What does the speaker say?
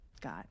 God